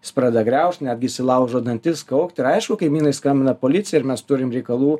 jis pradeda griaužt netgi išsilaužo dantis kaukt ir aišku kaimynai skambina policijai ir mes turim reikalų